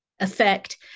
effect